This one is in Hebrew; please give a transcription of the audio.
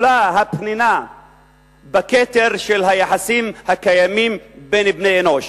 הפנינה בכתר היחסים הקיימים בין בני-אנוש,